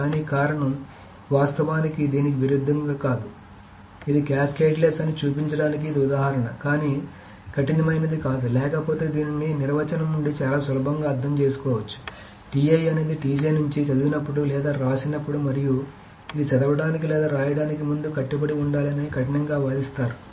కానీ కారణం వాస్తవానికి దీనికి విరుద్ధంగా కాదు ఇది క్యాస్కేడ్లెస్ అని చూపించడానికి ఇది ఉదాహరణ కానీ కఠినమైనది కాదు లేకపోతే దీనిని నిర్వచనం నుండి చాలా సులభంగా అర్థం చేసుకోవచ్చు అనేది నుంచి చదివినప్పుడు లేదా వ్రాసేటప్పుడు మరియు ఇది చదవడానికి లేదా రాయడానికి ముందు కట్టుబడి ఉండాలి అని కఠినంగా వాదిస్తారు